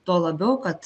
tuo labiau kad